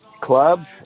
club